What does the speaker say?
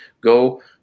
go